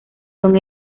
son